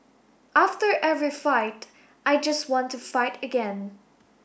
after every fight I just want to fight again